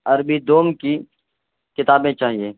عربی دوم کی کتابیں چاہیے